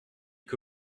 que